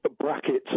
brackets